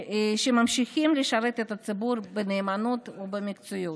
שממשיכים לשרת את הציבור בנאמנות ובמקצועיות.